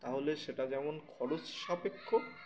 তাহলে সেটা যেমন খরচ সাপেক্ষ